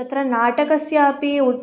तत्र नाटकस्यापि